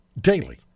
daily